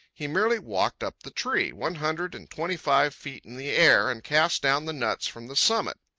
he merely walked up the tree, one hundred and twenty-five feet in the air, and cast down the nuts from the summit.